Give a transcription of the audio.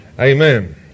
Amen